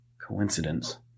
Coincidence